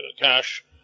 cash